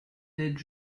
d’aide